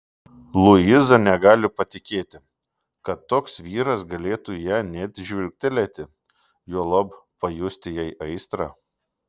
luiza negali patikėti kad toks vyras galėtų į ją net žvilgtelėti juolab pajusti jai aistrą